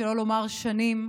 שלא לומר שנים,